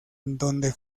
donde